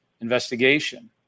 investigation